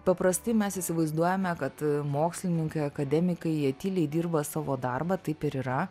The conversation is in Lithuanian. paprastai mes įsivaizduojame kad mokslininkai akademikai jie tyliai dirba savo darbą taip ir yra